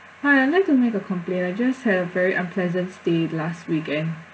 hi I'd like to make a complaint I just had a very unpleasant stay last weekend